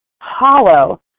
hollow